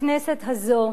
הכנסת הזאת,